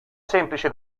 semplice